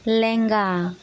ᱞᱮᱸᱜᱟ